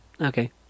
okay